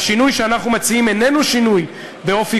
"השינוי שאנחנו מציעים איננו שינוי באופי